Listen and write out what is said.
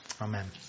Amen